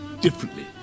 differently